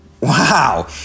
Wow